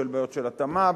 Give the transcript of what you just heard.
בשל בעיות של התאמה,